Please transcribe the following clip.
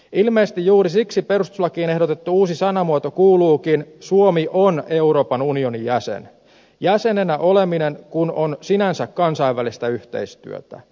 ilmeisesti juuri siksi perustuslakiin ehdotettu uusi sanamuoto kuuluukin suomi on euroopan unionin jäsen jäsenenä oleminen kun on sinänsä kansainvälistä yhteistyötä